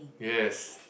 yes